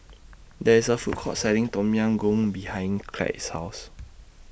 There IS A Food Court Selling Tom Yam Goong behind Clide's House